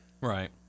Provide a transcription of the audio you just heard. Right